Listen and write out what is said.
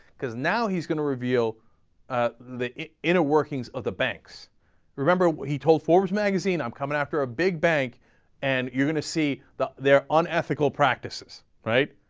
cause now he's going to reveal ah the inner workings of the banks remember he told forbe's magazine i'm coming after a big bank and you're going to see their unethical practices right?